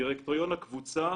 דירקטוריון הקבוצה